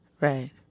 right